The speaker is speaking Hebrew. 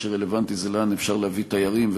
מה שרלוונטי זה לאן אפשר להביא תיירים,